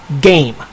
game